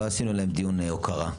לא עשינו להם דיון הוקרה.